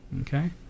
okay